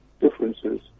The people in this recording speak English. differences